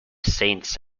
saints